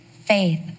Faith